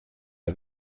and